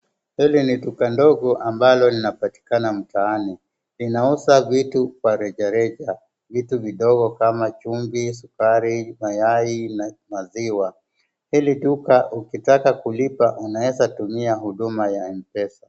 Hili duka ndogo ambalo linapatikana mtaani, inauza vitu kwa reja reja vitu vidogo kama chumvi, sukari, mayai na maziwa, hili duka ukitaka kulipa unaweza tu.ia huduma ya mpesa.